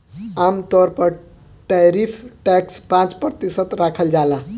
आमतौर पर tariff tax पाँच प्रतिशत राखल जाला